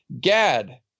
Gad